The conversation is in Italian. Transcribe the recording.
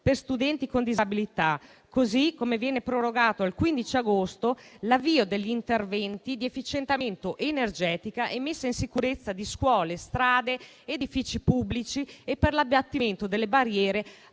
per studenti con disabilità; viene prorogato al 15 agosto l'avvio degli interventi di efficientamento energetico e messa in sicurezza di scuole, strade ed edifici pubblici e per l'abbattimento delle barriere